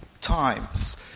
times